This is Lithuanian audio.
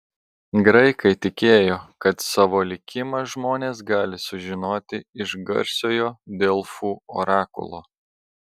graikai tikėjo kad savo likimą žmonės gali sužinoti iš garsiojo delfų orakulo